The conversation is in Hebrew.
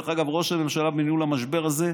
דרך אגב, ראש הממשלה, בניהול המשבר הזה,